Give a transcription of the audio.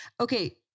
Okay